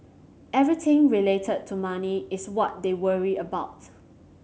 everything related to money is what they worry about